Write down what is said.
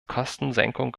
kostensenkung